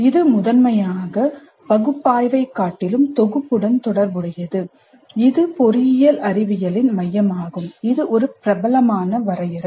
இது முதன்மையாக பகுப்பாய்வைக் காட்டிலும் தொகுப்புடன் தொடர்புடையது இது பொறியியல் அறிவியலின் மையமாகும் இது ஒரு பிரபலமான வரையறை